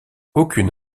aucune